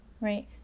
right